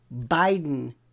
Biden